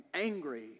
angry